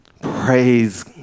Praise